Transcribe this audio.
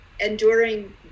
enduring